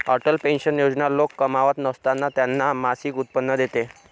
Atal pension Yojana लोक कमावत नसताना त्यांना मासिक उत्पन्न देते